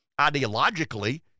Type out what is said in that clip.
ideologically